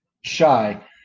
shy